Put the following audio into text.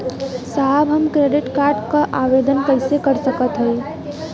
साहब हम credit card क आवेदन कइसे कर सकत हई?